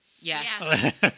Yes